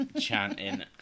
chanting